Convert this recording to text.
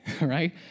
right